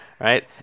Right